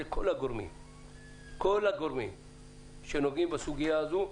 זה כל הגורמים שנוגעים בסוגיה הזאת,